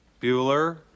Bueller